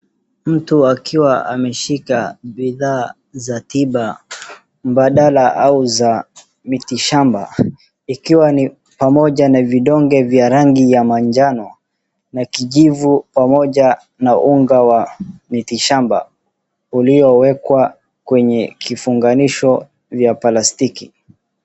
Mtu akiwa ameshika bidhaa za tiba mbadala au za mitishamba ikiwa ni pamoja na vidonge vya rangi ya manjano na kijivu pamoja na unga wa miti shamba uliyowekwa kwenye kifunganisho ya plastiki .